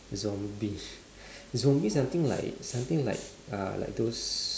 zombie zombie something like something like uh like those